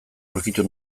aurkitu